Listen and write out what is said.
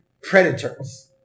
predators